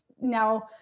now